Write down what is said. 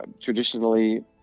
traditionally